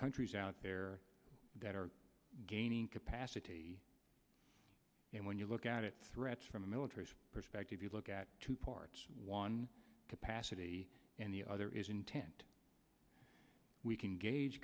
countries out there that are gaining capacity and when you look at it threats from a military perspective you look at two parts one capacity and the other is intent we can gauge